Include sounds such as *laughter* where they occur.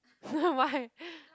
*laughs* why